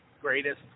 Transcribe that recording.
greatest